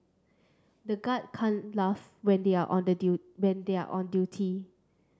the guards can't laugh when they are on the when they are on duty